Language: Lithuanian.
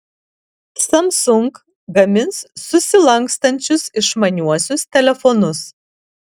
samsung gamins susilankstančius išmaniuosius telefonus